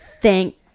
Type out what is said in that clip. thank